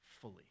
fully